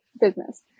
business